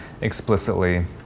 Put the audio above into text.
explicitly